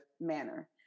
manner